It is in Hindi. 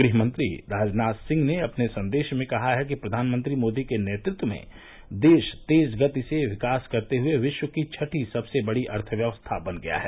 गृहमंत्री राजनाथ सिंह ने अपने संदेश में कहा है कि प्रधानमंत्री मोदी के नेतृत्व में देश तेज गति से विकास करते हुए विश्व की छठी सबसे बड़ी अर्थव्यवस्था बन गया है